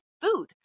food